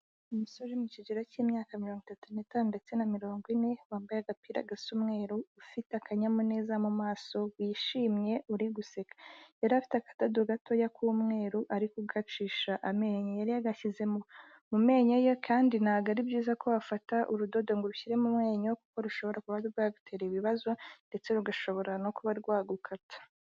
Umusore uri mu kigero cy'imyaka mirongo itatu n'itanu ndetse na mirongo ine, wambaye agapira gasa umweru, ufite akanyamuneza mu maso, wishimye uri guseka. Yari afite akadodo gatoya k'umweru, ari kugacisha amenyo, yari yagashyize mu menyo ye kandi ntago ari byiza ko wafata urudodo ngo urushyire mu menyo, kuko rushobora kuba rwagutera ibibazo ndetse rugashobora no kuba rwagukata.